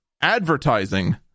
advertising